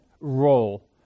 role